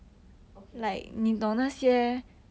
okay okay